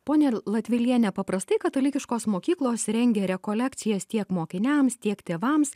ponia l latveliene paprastai katalikiškos mokyklos rengia rekolekcijas tiek mokiniams tiek tėvams